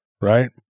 Right